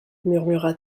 murmura